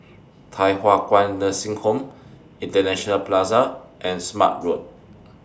Thye Hua Kwan Nursing Home International Plaza and Smart Road